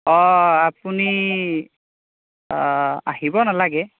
আপুনি আহিব নালাগে